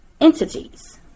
entities